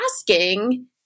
asking